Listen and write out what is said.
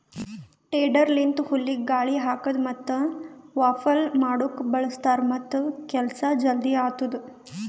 tedder ಲಿಂತ ಹುಲ್ಲಿಗ ಗಾಳಿ ಹಾಕದ್ ಮತ್ತ ವಾಫಲ್ ಮಾಡುಕ್ ಬಳ್ಸತಾರ್ ಮತ್ತ ಕೆಲಸ ಜಲ್ದಿ ಆತ್ತುದ್